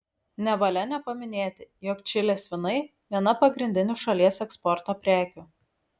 nevalia nepaminėti jog čilės vynai viena pagrindinių šalies eksporto prekių